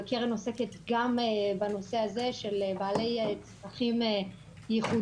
וקרן עוסקת גם בנושא הזה של בעלי צרכים ייחודיים,